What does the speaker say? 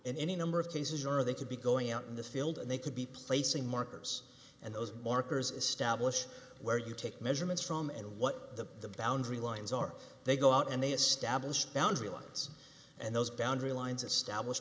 in any number of cases are they to be going out in the field and they could be placing markers and those markers establish where you take measurements from and what the the boundary lines are they go out and they establish boundary lines and those boundary